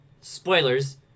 Spoilers